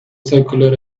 circular